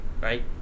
right